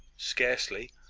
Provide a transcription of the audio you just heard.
scarcely.